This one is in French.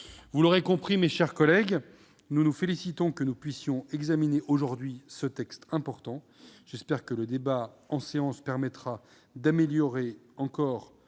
Vous l'aurez compris, mes chers collègues, nous nous félicitons que le Sénat puisse examiner aujourd'hui cette importante proposition de loi. J'espère que le débat en séance permettra d'améliorer encore